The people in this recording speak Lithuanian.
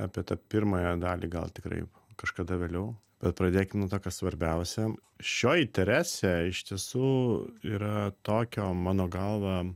apie tą pirmąją dalį gal tikrai kažkada vėliau bet pradėkim nuo to kas svarbiausia šioji teresė iš tiesų yra tokio mano galva